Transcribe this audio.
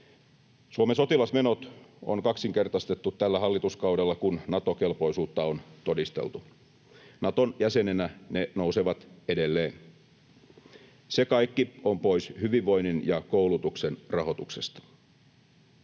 Suomen sotilasmenot on kaksinkertaistettu tällä hallituskaudella, kun Nato-kelpoisuutta on todisteltu. Naton jäsenenä ne nousevat edelleen. Se kaikki on pois hyvinvoinnin ja koulutuksen rahoituksesta.